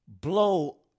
Blow